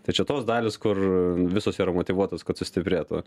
tai čia tos dalys kur visos yra motyvuotos kad sustiprėtų